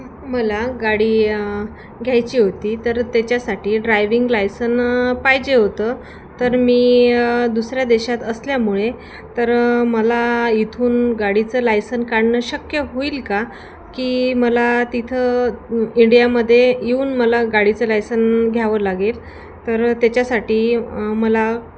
मला गाडी घ्यायची होती तर त्याच्यासाठी ड्रायविंग लायसन पाहिजे होतं तर मी दुसऱ्या देशात असल्यामुळे तर मला इथून गाडीचं लायसन काढणं शक्य होईल का की मला तिथं इंडियामध्ये येऊन मला गाडीचं लायसन घ्यावं लागेल तर त्याच्यासाठी मला